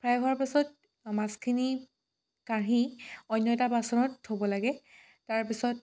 fry হোৱাৰ পাছত মাছখিনি কাঢ়ি অন্য এটা বাচনত থ'ব লাগে তাৰপিছত